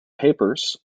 papers